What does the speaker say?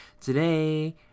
Today